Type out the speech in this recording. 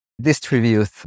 distribute